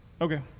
Okay